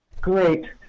Great